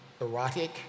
erotic